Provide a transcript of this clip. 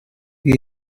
give